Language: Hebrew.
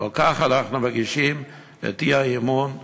ועל כך אנחנו מגישים את האי-אמון מטעמנו.